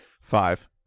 Five